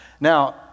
now